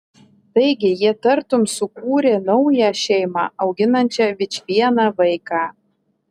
taigi jie tartum sukūrė naują šeimą auginančią vičvieną vaiką